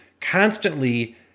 constantly